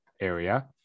area